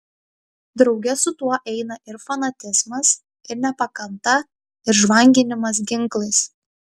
drauge su tuo eina ir fanatizmas ir nepakanta ir žvanginimas ginklais